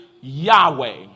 Yahweh